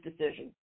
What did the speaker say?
decision